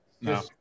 no